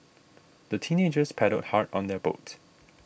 the teenagers paddled hard on their boat